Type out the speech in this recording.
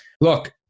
Look